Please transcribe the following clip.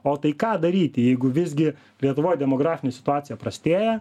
o tai ką daryti jeigu visgi lietuvoj demografinė situacija prastėja